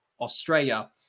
Australia